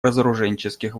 разоруженческих